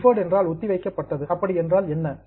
deferred ஒத்திவைக்கப்பட்டது என்றால் என்ன